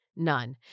None